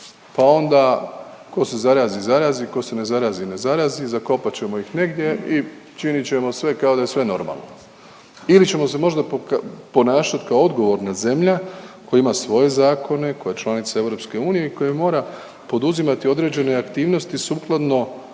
pa onda tko se zarazi zarazi, tko se ne zarazi ne zarazi. Zakopat ćemo ih negdje i činit ćemo sve kao da je sve normalno ili ćemo se možda ponašat kao odgovorna zemlja koja ima svoje zakone, koja je članica EU i koja mora poduzimati određene aktivnosti sukladno